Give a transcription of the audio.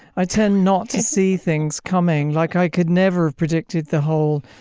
i tend not to see things coming. like i could never have predicted the whole